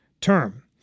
term